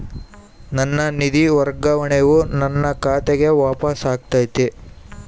ನನ್ನ ನಿಧಿ ವರ್ಗಾವಣೆಯು ನನ್ನ ಖಾತೆಗೆ ವಾಪಸ್ ಆಗೈತಿ